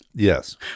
Yes